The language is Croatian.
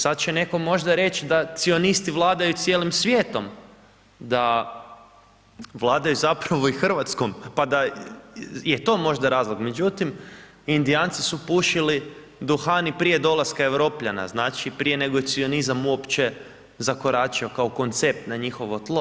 Sad će netko možda reći da ... vladaju cijelim svijetom, da vladaju zapravo i Hrvatskom pa da je to možda razlog, međutim Indijanci su pušili duhan i prije dolaska Europljana, znači prije nego je cionizam uopće zakoračio kao koncept na njihovo tlo.